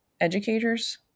educators